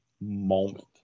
moment